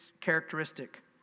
characteristic